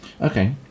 Okay